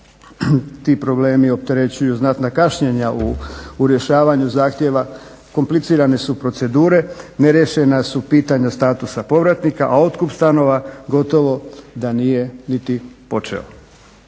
ti problemi opterećuju znatna kašnjenja u rješavanju zahtjeva komplicirane su procedure, neriješena su pitanja statusa povratnika a otkup stanova gotovo da nije ni počeo.